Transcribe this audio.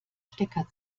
stecker